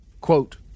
Quote